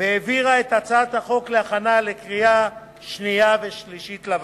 והעבירה את הצעת החוק לוועדה להכנה לקריאה שנייה ולקריאה שלישית.